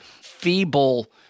feeble